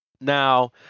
Now